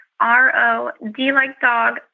R-O-D-like-dog